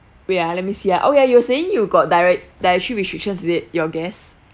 wait ah let me see ah oh ya you were saying you got diet dietary restrictions is it your guests